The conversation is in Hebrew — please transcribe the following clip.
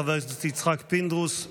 חבר הכנסת יצחק פינדרוס,